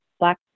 Black